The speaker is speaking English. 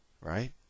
right